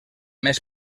més